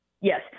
Yes